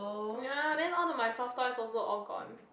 ya then all the my soft toys also all gone